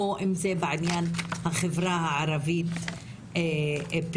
או אם זה בעניין החברה הערבית פנימה.